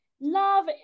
Love